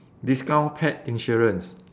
discount pet insurance